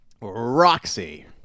Roxy